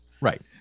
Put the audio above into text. Right